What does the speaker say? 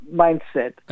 mindset